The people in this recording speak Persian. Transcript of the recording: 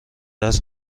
است